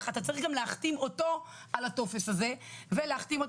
- אתה צריך גם להחתים אותו על הטופס הזה ולהחתים עוד.